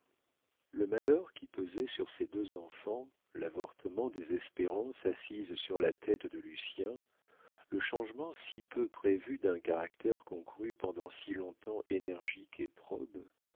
le malheur qui pesait sur ses deux enfants l'avortement des espérances assises sur la tête de lucien le changement si peu prévu d'un caractère qu'on crut pendant si long-temps énergique et probe